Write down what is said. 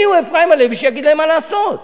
מיהו אפרים הלוי שיגיד להם מה לעשות?